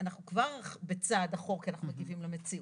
אנחנו כבר בצעד לאחור כי אנחנו מגיבים למציאות.